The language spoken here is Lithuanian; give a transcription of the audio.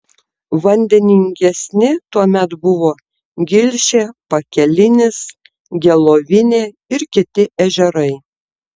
vandeningesni tuomet buvo gilšė pakelinis gelovinė ir kiti ežerai